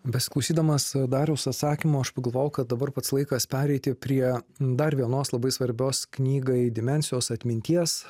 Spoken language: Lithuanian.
beskaitydamas dariaus atsakymo aš pagalvojau kad dabar pats laikas pereiti prie dar vienos labai svarbios knygai dimensijos atminties